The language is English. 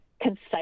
concise